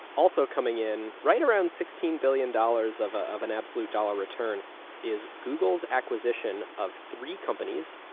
also coming in, right around sixteen billion dollars of ah of an absolute dollar return is google's acquisition of three companies,